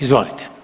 Izvolite.